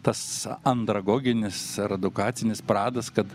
tas andragoginis ar edukacinis pradas kad